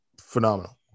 phenomenal